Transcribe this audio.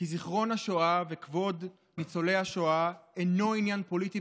כי זיכרון השואה וכבוד ניצולי השואה אינו עניין פוליטי,